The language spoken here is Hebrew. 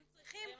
הם צריכים לרדוף.